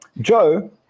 joe